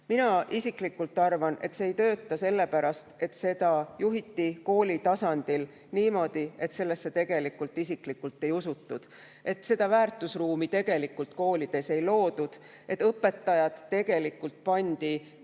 Mina isiklikult arvan, et see ei ole töötanud sellepärast, et kõike on juhitud kooli tasandil niimoodi, et sellesse tegelikult isiklikult pole usutud. Seda väärtusruumi tegelikult koolides ei ole loodud, õpetajad on tegelikult